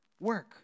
work